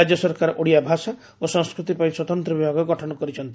ରାଜ୍ୟ ସରକାର ଓଡ଼ିଆ ଭାଷା ଓ ସଂସ୍କୃତି ପାଇଁ ସ୍ୱତନ୍ତ ବିଭାଗ ଗଠନ କରିଛନ୍ତି